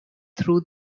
through